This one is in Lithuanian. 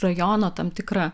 rajono tam tikrą